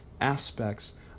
aspects